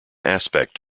aspect